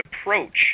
approach